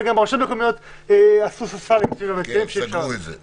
וגם רשויות מקומיות עשו --- סגרו את זה.